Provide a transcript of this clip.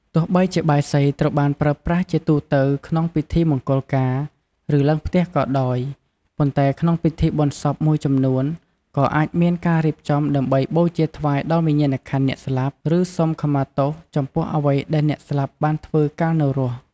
ទោះបីជាបាយសីត្រូវបានប្រើប្រាស់ជាទូទៅក្នុងពិធីមង្គលការ ឬឡើងផ្ទះក៏ដោយ ប៉ុន្តែក្នុងពិធីបុណ្យសពមួយចំនួន ក៏អាចមានការរៀបចំ ដើម្បីបូជាថ្វាយដល់វិញ្ញាណក្ខន្ធអ្នកស្លាប់ ឬសុំខមាទោសចំពោះអ្វីដែលអ្នកស្លាប់បានធ្វើកាលនៅរស់។